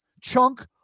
chunk